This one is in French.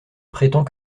prétend